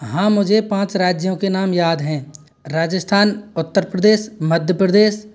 हाँ मुझे पाँच राज्यों के नाम याद हैं राजस्थान उत्तर प्रदेश मध्य प्रदेश